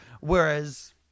whereas